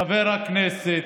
חבר הכנסת,